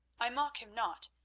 i mock him not.